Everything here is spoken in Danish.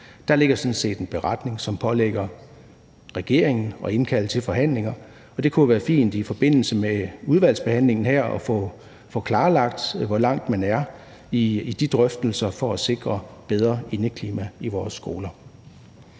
Der ligger sådan set en beretning, som pålægger regeringen at indkalde til forhandlinger, og det kunne jo være fint i forbindelse med udvalgsbehandlingen her at få klarlagt, hvor langt man er i de drøftelser om at sikre bedre indeklima i vores skoler.